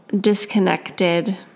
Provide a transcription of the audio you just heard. disconnected